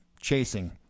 chasing